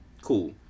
Cool